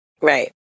Right